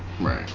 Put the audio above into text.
Right